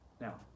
Now